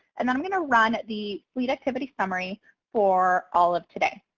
and then i'm going to run the fleet activity summary for all of today.